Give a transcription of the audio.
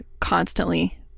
constantly